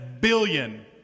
billion